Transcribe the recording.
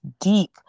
deep